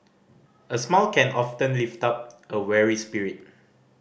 a smile can often lift up a weary spirit